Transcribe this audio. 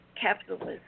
capitalism